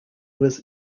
was